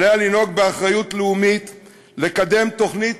עליה לנהוג באחריות לאומית ולקדם תוכנית